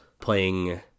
playing